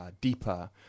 deeper